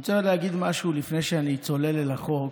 אני רוצה להגיד משהו לפני שאני צולל אל החוק